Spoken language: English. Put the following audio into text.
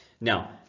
now